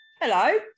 Hello